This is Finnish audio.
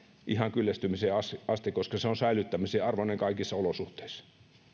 ihan kyllästymiseen asti koska se on säilyttämisen arvoinen kaikissa olosuhteissa